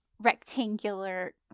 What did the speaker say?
rectangular